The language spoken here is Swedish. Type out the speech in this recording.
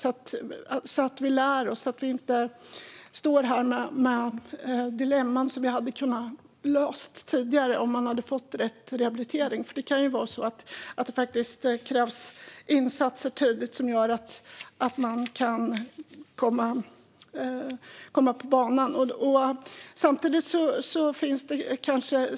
Vi behöver lära oss så att vi inte står här med dilemman som hade kunnat lösas tidigare med rätt rehabilitering. Det kan ju krävas tidiga insatser för att man ska komma tillbaka på banan.